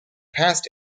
past